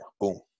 Boom